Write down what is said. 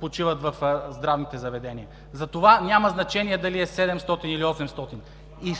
почиват в здравните заведения. Затова няма значение дали са 700 или 800. И